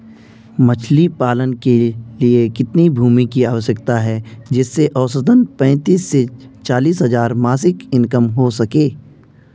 मछली पालन के लिए कितनी भूमि की आवश्यकता है जिससे औसतन पैंतीस से चालीस हज़ार मासिक इनकम हो सके?